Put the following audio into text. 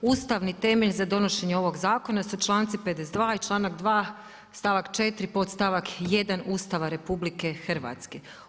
Ustavni temelj za donošenje ovog zakona su čl.52 i čl.2 stavak 4 podstavak 1 Ustava RH.